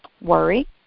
worry